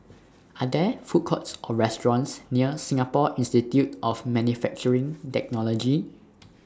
Are There Food Courts Or restaurants near Singapore Institute of Manufacturing Technology